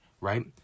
right